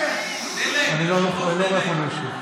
אני לא רואה פה מישהו.